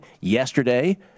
Yesterday